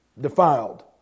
defiled